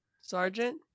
sergeant